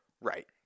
Right